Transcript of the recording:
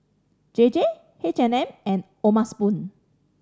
J J H and M and O'ma Spoon